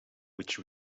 which